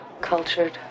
cultured